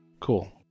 Cool